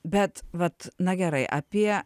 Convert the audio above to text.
bet vat na gerai apie